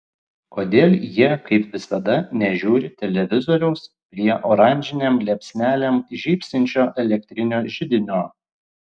kodėl jie kaip visada nežiūri televizoriaus prie oranžinėm liepsnelėm žybsinčio elektrinio židinio